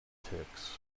ticks